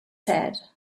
said